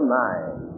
mind